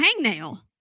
hangnail